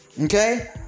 Okay